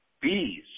Bees